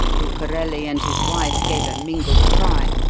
bucarelli and his wife gave a mingled cry,